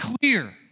clear